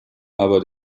aber